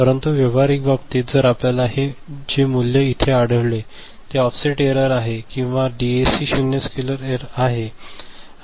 परंतु व्यावहारिक बाबतीत जर आपल्याला जे मूल्य इथे आढळले ते ऑफसेट एरर आहे किंवा डीएसीसाठी शून्य स्केल एरर आहे